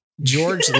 George